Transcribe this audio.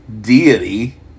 deity